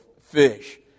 fish